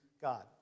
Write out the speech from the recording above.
God